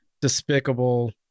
despicable